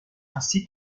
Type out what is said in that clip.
ainsi